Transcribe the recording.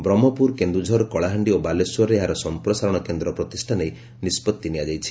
ବ୍ରହ୍କପୁର କେନ୍ଦୁଝର କଳାହାଣ୍ଡି ଓ ବାଲେଶ୍ୱରରେ ଏହାର ସମ୍ପ୍ରସାରଣ କେନ୍ଦ୍ର ପ୍ରତିଷ୍ଠା ନେଇ ନିଷ୍ଟଭି ନିଆଯାଇଛି